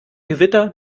gewitter